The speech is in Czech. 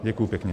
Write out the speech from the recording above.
Děkuji pěkně.